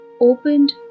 opened